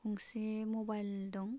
गंसे मबाइल दं